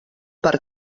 per